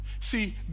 See